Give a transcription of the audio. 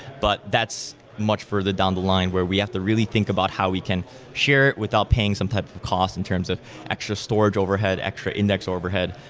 but that's much further down the line where we have to really think about how we can share it without paying some type cost in terms of extra storage overhead, extra index overhead,